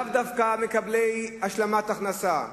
לאו דווקא מקבלי השלמת הכנסה,